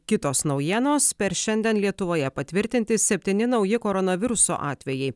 kitos naujienos per šiandien lietuvoje patvirtinti septyni nauji koronaviruso atvejai